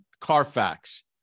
Carfax